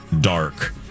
dark